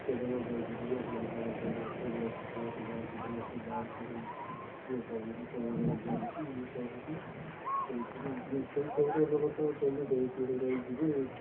କେବେ ନ ଯାଇଛି ନ ଜାଣିପାରିବ ସେ ସେଗୁଡ଼ାକ ସମସ୍ତେ ଯାଆନ୍ତି ସମସ୍ତେ ଯାଆନ୍ତି ସମସ୍ତେ ଇଏ କରନ୍ତି ସବୁବେଳେ ଯାଆନ୍ତି ଇଏ କରନ୍ତି ସେଇ କେଉଁ କେଉଁ ଲୋକ ତ ଅଛନ୍ତି ସେଇଠି ହିଁ ରହିଯିବେ